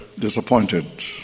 disappointed